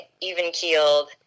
even-keeled